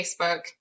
Facebook